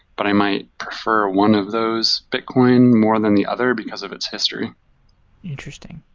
but i might prefer one of those bitcoin more than the other because of its history interesting.